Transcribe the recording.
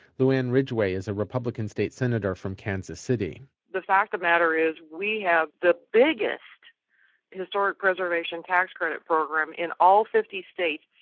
luann ridgeway is a republican state senator from kansas city the fact of the matter is we have the biggest historic preservation tax credit program in all fifty states.